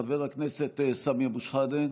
חבר הכנסת סמי אבו שחאדה,